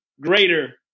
greater